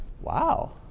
Wow